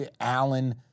Allen